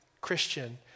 Christian